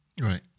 Right